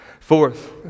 Fourth